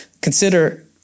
Consider